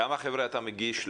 כמה חבר'ה אתה מגיש..